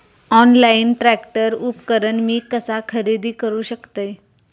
Online tractor उपकरण मी कसा खरेदी करू शकतय?